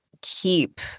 keep